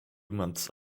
months